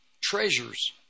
Treasures